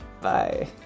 bye